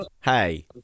Hey